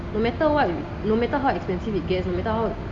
no matter what no matter how expensive it gets no matter how